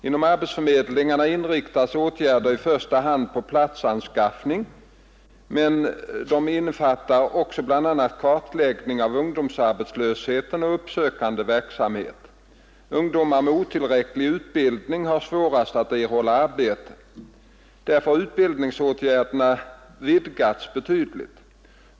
Inom arbetsförmedlingen inriktas åtgärderna i första hand på platsanskaffning men de innefattar också bl.a. kartläggning av ungdomsarbetslösheten och uppsökande verksamhet. Ungdomar med otillräcklig utbildning har svårast att erhålla arbete. Därför har utbildningsåtgärderna vidgats betydligt.